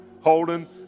holding